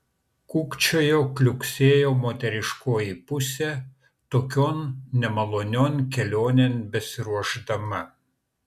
kukčiojo kliuksėjo moteriškoji pusė tokion nemalonion kelionėn besiruošdama